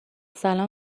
سلام